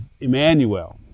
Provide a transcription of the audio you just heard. Emmanuel